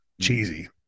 cheesy